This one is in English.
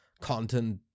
content